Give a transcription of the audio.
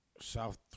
south